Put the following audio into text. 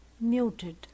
muted